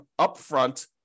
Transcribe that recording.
upfront